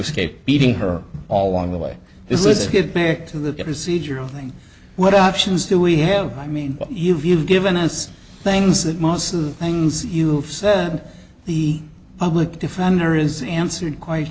escape beating her all along the way this is get back to the residual thing what options do we have i mean you've you've given us things that most of the things you have said the public defender is answered quite